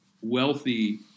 wealthy